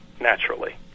naturally